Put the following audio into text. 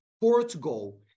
Portugal